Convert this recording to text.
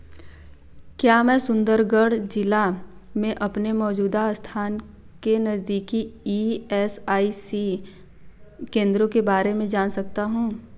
क्या मैं सुंदरगढ़ जिला में अपने मौजूदा स्थान के नज़दीकी ई एस आई सी केंद्रों के बारे में जान सकता हूँ